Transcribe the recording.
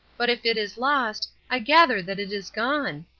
but if it is lost, i gather that it is gone.